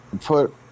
put